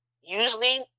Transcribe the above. Usually